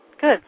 Good